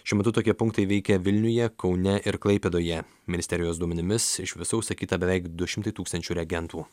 šiuo metu tokie punktai veikia vilniuje kaune ir klaipėdoje ministerijos duomenimis iš viso užsakyta beveik du šimtai tūkstančių reagentų